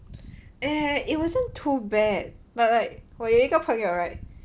eh it wasn't too bad but like 我有一个朋友 right